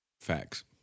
Facts